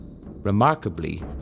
Remarkably